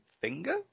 finger